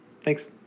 thanks